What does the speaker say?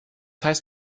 heißt